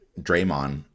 draymond